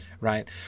right